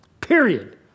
period